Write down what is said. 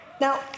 Now